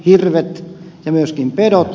hirvet ja myöskin pedot